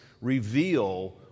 reveal